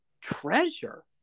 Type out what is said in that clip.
Treasure